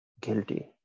guilty